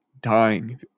dying